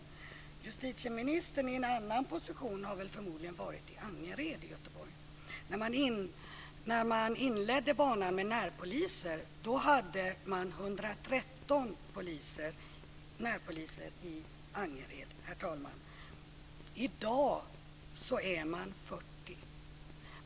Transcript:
Justitieministern har väl i en annan position förmodligen varit i Angered i Göteborg. När banan med närpoliser inleddes hade man 113 närpoliser i Angered, herr talman. I dag är de 40.